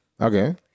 Okay